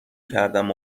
کردم